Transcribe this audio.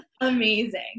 Amazing